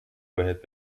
بهت